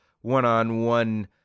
one-on-one